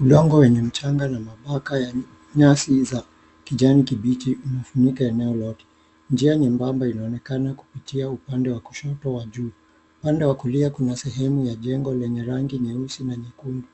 Mlango wenye mchanga na mabaka ya nyasi za kijani kibichi umefunika nalo hapo. Njia ni nyebamba inaonekana kupitia upande wa kushoto ya juu upande wa kulia Kuna sehemu ya jengo lenye rangi nyeusi na nyekundu